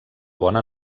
bona